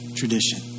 tradition